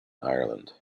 ireland